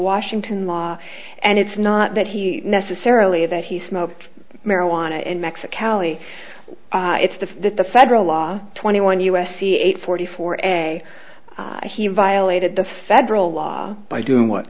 washington law and it's not that he necessarily that he smoked marijuana in mexico it's the that the federal law twenty one u s c eight forty four a he violated the federal law by doing what